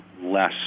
less